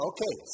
Okay